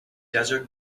desert